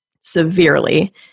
severely